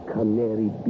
Canary